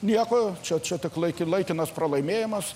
nieko čia čia tik lai laikinas pralaimėjimas